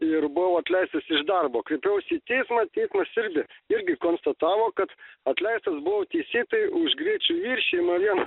ir buvau atleistas iš darbo kreipiausi į teismą teismas irgi irgi konstatavo kad atleistas buvau teisėtai už greičio viršijimą vien